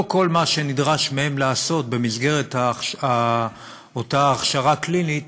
לא כל מה שנדרש מהם לעשות במסגרת אותה הכשרה קלינית,